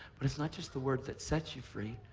but it's not just the word that sets you free,